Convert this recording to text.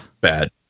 Bad